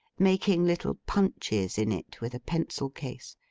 making little punches in it with a pencil-case,